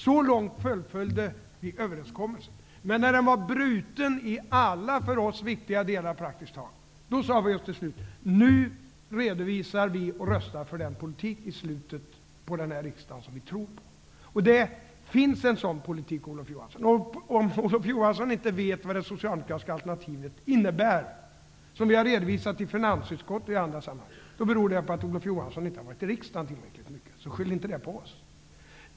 Så långt fullföljde vi överenskommelsen. Men när den var bruten praktiskt taget i alla för oss viktiga delar, sade vi till slut: Nu i slutet av denna riksdag redovisar vi och röstar för den politik som vi tror på. Det finns en sådan politik, Olof Johansson. Om Olof Johansson inte vet vad det socialdemokratiska alternativet innebär som vi har redovisat i finansutskottet och i andra sammanhang, beror det på att Olof Johansson inte har varit i riksdagen tillräckligt ofta. Så skyll inte det på oss.